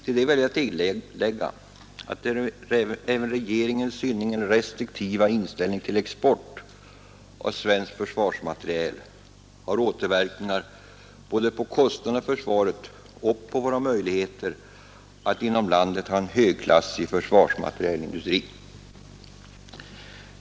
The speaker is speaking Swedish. Till detta vill jag tillägga att även regeringens synnerligen restriktiva inställning till export av svensk försvarsmateriel har återverkningar både på kostnaderna för försvaret och på våra möjligheter att inom landet ha en högklassig försvarsmaterielindustri.